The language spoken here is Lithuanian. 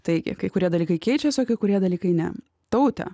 taigi kai kurie dalykai keičiasi o kai kurie dalykai ne tauta